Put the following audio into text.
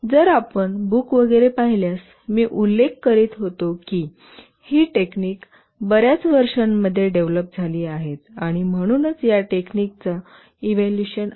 जर आपण बुक वगैरे पाहिल्यासमी उल्लेख करीत होतो की ही टेक्निक बर्याच वर्षांमध्ये डेव्हलप झाली आहेत आणि म्हणूनच या टेक्निकचा इव्होल्यूशन आहे